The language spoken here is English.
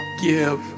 give